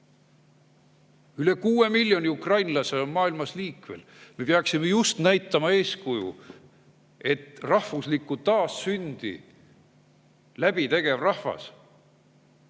Üle 6 miljoni ukrainlase on maailmas liikvel. Me peaksime just näitama eeskuju, et rahvuslikku taassündi läbi tegev rahvas